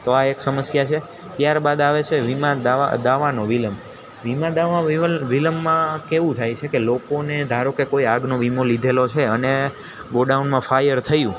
તો આ એક સમસ્યા છે ત્યાર બાદ આવે છે વીમા દાવાનો વિલંબ વીમા દાવા વિલંબમાં કેવું થાય છે કે લોકોને ધારો કે કોઈ આગનો વીમો લીધેલો છે અને ગોડાઉનમાં ફાયર થઈ હોય